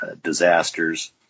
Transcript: disasters